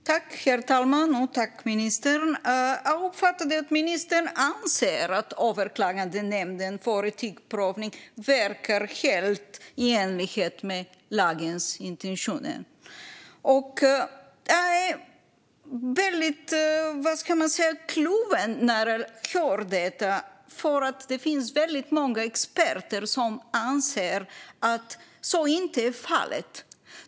Herr talman! Jag uppfattade att ministern anser att Överklagandenämnden för etikprövning verkar helt i enlighet med lagens intentioner. Jag är väldigt kluven när jag hör detta, för det finns väldigt många experter som anser att så inte är fallet.